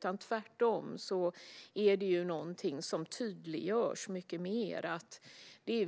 Det är tvärtom någonting som tydliggörs mycket mer att översättningar är